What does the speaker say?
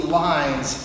lines